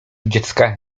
dziecka